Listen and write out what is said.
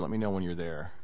let me know when you're there